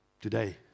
today